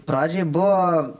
pradžioje buvo